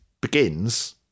begins